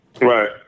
Right